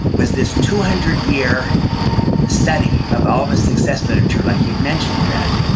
was this two hundred year study of all the success literature, like you've mentioned, brett.